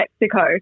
Mexico